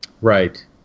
Right